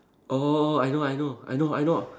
oh I know I know I know I know